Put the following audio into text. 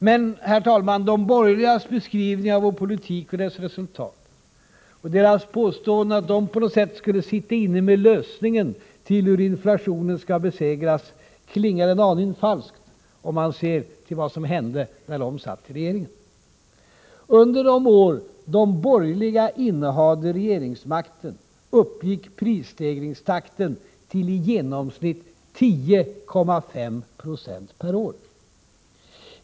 Men, herr talman, de borgerligas beskrivning av vår politik och dess resultat och deras påståenden att de skulle sitta inne med lösningen på hur inflationen skall besegras klingar en aning falskt, om man ser till vad som hände när de satt i regeringen. Under de år de borgerliga innehade regeringsmakten uppgick prisstegringstakten till i genomsnitt 10,5 Jo per år.